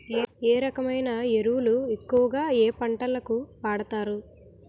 ఏ రకమైన ఎరువులు ఎక్కువుగా ఏ పంటలకు వాడతారు?